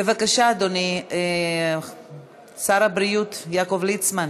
בבקשה, אדוני שר הבריאות יעקב ליצמן,